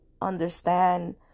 understand